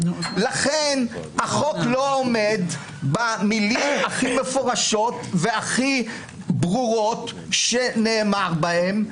ולכן החוק לא עומד במילים הכי מפורשות והכי ברורות שנאמר בהן,